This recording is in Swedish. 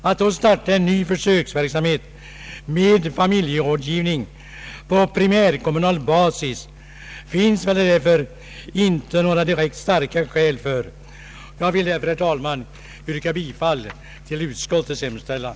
Att då starta en ny försöksverksamhet med familjerådgivning på primärkommunal basis finns det i nuvarande läge inte några särskilt starka skäl för. Jag vill därför, herr talman, yrka bifall till utskottets hemställan.